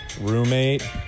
roommate